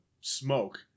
smoke